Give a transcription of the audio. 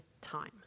time